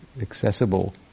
accessible